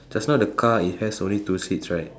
just now the it has only two seats right